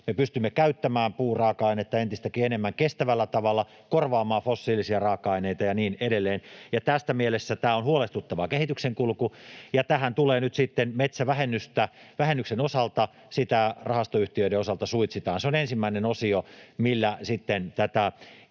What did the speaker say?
Me pystymme käyttämään puuraaka-ainetta entistäkin enemmän kestävällä tavalla, korvaamaan fossiilisia raaka-aineita ja niin edelleen. Tässä mielessä tämä on huolestuttava kehityksenkulku, ja tässä nyt sitten metsävähennystä rahastoyhtiöiden osalta suitsitaan. Se on ensimmäinen osio, millä sitten